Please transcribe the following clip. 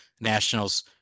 nationals